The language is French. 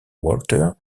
walter